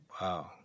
Wow